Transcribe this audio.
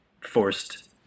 forced